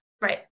Right